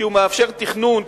כי הוא מאפשר תכנון,